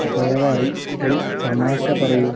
ദയവായി ഒരു തമാശ പറയൂ